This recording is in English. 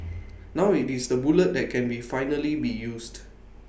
now IT is the bullet that can be finally be used